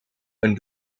een